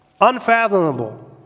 unfathomable